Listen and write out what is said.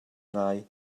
ngai